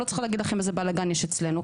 לא צריך להגיד לכם איזה בלגן יש אצלנו,